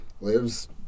lives